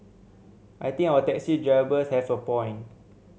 I think our taxi drivers have a point